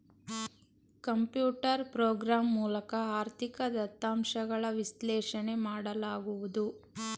computer program ಮೂಲಕ ಆರ್ಥಿಕ ದತ್ತಾಂಶಗಳ ವಿಶ್ಲೇಷಣೆ ಮಾಡಲಾಗುವುದು